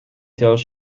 tales